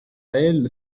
elle